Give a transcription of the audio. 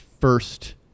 first